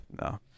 No